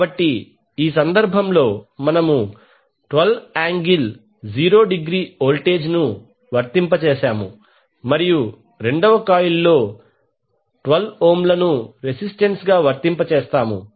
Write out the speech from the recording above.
కాబట్టి ఈ సందర్భంలో మనము 120°వోల్టేజ్ ను వర్తింపజేసాము మరియు రెండవ కాయిల్లో 12 ఓంలను రెసిస్టెన్స్ గా వర్తింపజేసాము